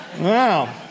Wow